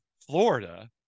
Florida